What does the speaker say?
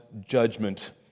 judgment